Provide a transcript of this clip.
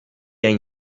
hain